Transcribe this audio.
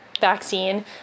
vaccine